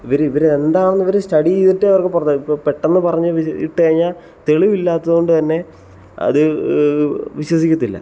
ഇവർ ഇവർ എന്താണെന്ന് ഇവർ സ്റ്റഡി ചെയ്തിട്ട് അവർക്ക് പറഞ്ഞ് പെട്ടെന്ന് പറഞ്ഞിട്ട് കഴിഞ്ഞാൽ തെളിവില്ലാത്തതു കൊണ്ട് തന്നെ അത് വിശ്വസിക്കത്തില്ല